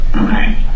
okay